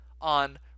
on